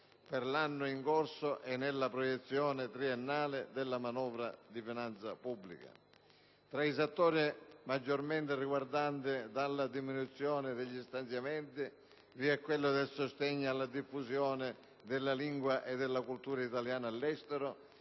per l'anno in corso e nella proiezione triennale della manovra di finanza pubblica. Tra i settori maggiormente toccati dalla diminuzione degli stanziamenti vi è quello del sostegno alla diffusione della lingua e della cultura italiana all'estero